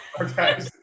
Okay